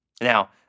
Now